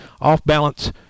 Off-balance